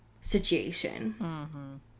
situation